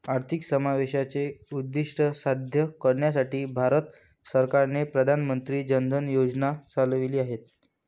आर्थिक समावेशाचे उद्दीष्ट साध्य करण्यासाठी भारत सरकारने प्रधान मंत्री जन धन योजना चालविली आहेत